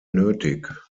nötig